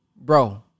Bro